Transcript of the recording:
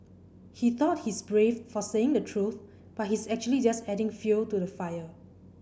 he thought he's brave for saying the truth but he's actually just adding fuel to the fire